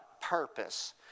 Purpose